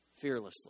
Fearlessly